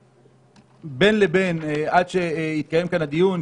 בין לבין עד שיתקיים כאן הדיון,